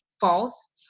false